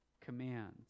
commands